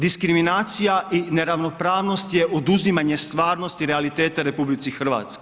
Diskriminacija i neravnopravnost je oduzimanje stvarnosti realiteta u RH.